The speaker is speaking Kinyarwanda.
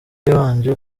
yabanje